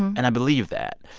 and i believe that.